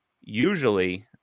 usually